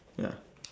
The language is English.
ya